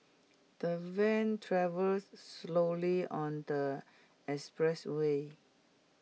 the van travelled slowly on the expressway